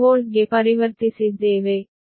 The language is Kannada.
1 KV ಗೆ ಪರಿವರ್ತಿಸಿದ್ದೇವೆ